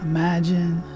Imagine